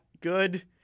good